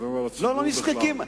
אנחנו מדברים על הציבור בכלל.